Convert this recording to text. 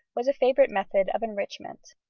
was a favourite method of enrichment.